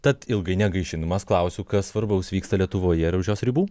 tad ilgai negaišindamas klausiu kas svarbaus vyksta lietuvoje ir už jos ribų